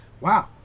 Wow